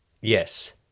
Yes